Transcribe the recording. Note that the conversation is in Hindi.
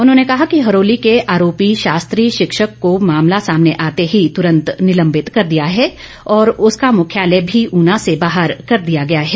उन्होंने कहा कि हरोली के आरोपी शास्त्री शिक्षक को मामला सामने आते ही तुरंत निलंबित कर दिया है और उसका मुख्यालय भी ऊना जिला से बाहर फिक्स किया गया है